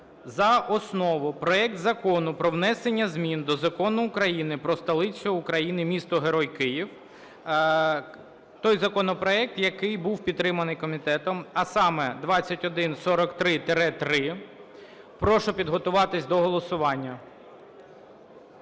за основу проект Закону про внесення змін до Закону України "Про столицю України – місто-герой Кив", той законопроект, який був підтриманий комітетом, а саме 2143-3. Прошу підготуватись до голосування.